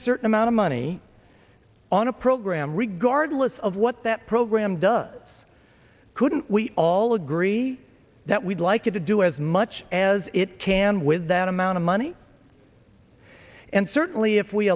a certain amount of money on a program regardless of what that program does couldn't we all agree that we'd like it to do as much as it can with that amount of money and certainly if we